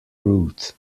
ruth